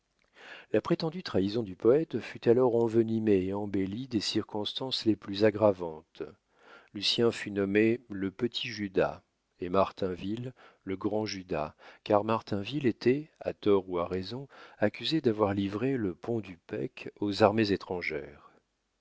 la prétendue trahison du poète fut alors envenimée et embellie des circonstances les plus aggravantes lucien fut nommé le petit judas et martinville le grand judas car martinville était à tort ou à raison accusé d'avoir livré le pont du pecq aux armées étrangères